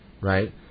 right